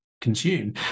consume